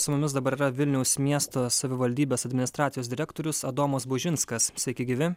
su mumis dabar yra vilniaus miesto savivaldybės administracijos direktorius adomas bužinskas sveiki gyvi